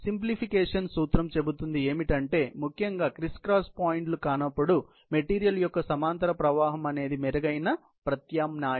కాబట్టి సూత్రం చెబుతుంది ఏంటంటే ముఖ్యంగా క్రిస్ క్రాస్ పాయింట్లు కానప్పుడు మెటీరియల్ యొక్క సమాంతర ప్రవాహం అనేది మెరుగైన ప్రత్యామ్నాయం